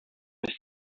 the